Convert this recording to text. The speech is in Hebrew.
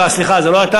אה, סליחה, זה לא אתה.